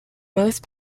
most